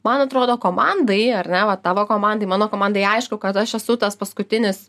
man atrodo komandai ar ne va tavo komandai mano komandai aišku kad aš esu tas paskutinis